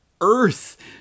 earth